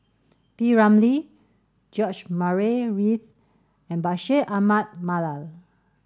P Ramlee George Murray Reith and Bashir Ahmad Mallal